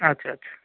আচ্ছা আচ্ছা